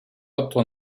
otto